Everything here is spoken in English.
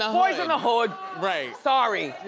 um boyz in the hood. right. sorry.